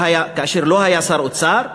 כאשר לא היה שר אוצר,